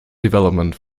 development